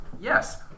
Yes